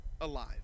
alive